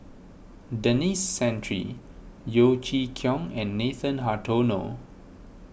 Denis Santry Yeo Chee Kiong and Nathan Hartono